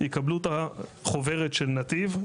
יקבלו את החוברת של "נתיב",